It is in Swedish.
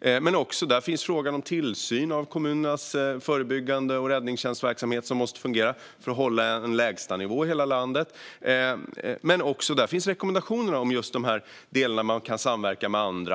Där finns också frågan om tillsyn av kommunernas förebyggande verksamhet och räddningstjänstverksamhet, som måste fungera för att man ska kunna hålla en lägsta nivå i hela landet. Där finns även rekommendationer om de delar där man kan samverka med andra.